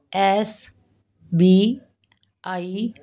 SBI